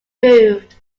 moved